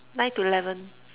nine to eleven